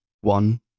one